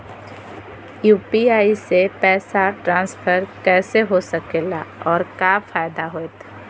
UPI से पैसा transfer कैसे हो सके ला और का फायदा होएत?